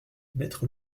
mettre